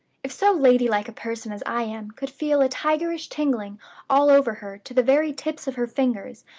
if so lady-like a person as i am could feel a tigerish tingling all over her to the very tips of her fingers,